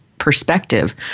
Perspective